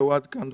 עד כאן דבריי.